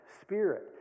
spirit